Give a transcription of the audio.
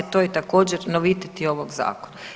To je također novitet i ovog zakona.